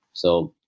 so,